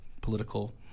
political